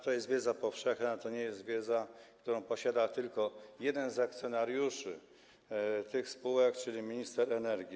To jest wiedza powszechna, to nie jest wiedza, którą posiada tylko jeden z akcjonariuszy tych spółek, czyli minister energii.